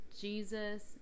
Jesus